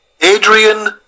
Adrian